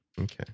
okay